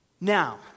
Now